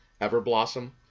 Everblossom